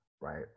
right